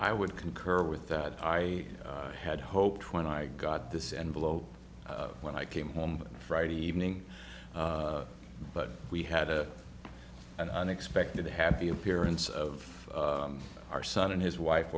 i would concur with that i had hoped when i got this envelope when i came home friday evening but we had a an unexpected a happy appearance of our son and his wife